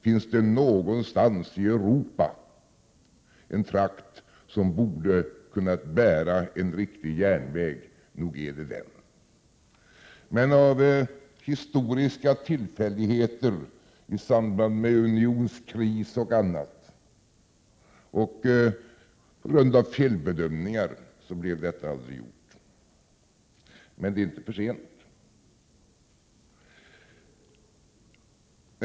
Finns det någonstans i Europa en trakt som borde ha kunnat bära en riktig järnväg, nog är det den. På grund av historiska tillfälligheter i samband med unionskris och annat och på grund av felbedömningar blev detta aldrig gjort. Men det är inte för sent.